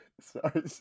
sorry